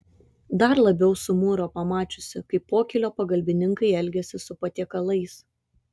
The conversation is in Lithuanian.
dar labiau sumuro pamačiusi kaip pokylio pagalbininkai elgiasi su patiekalais